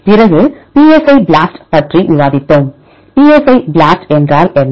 பிறகு Psi BLAST பற்றி விவாதித்தோம் psi BLAST என்றால் என்ன